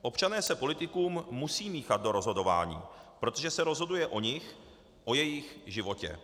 Občané se politikům musí míchat do rozhodování, protože se rozhoduje o nich, o jejich životě.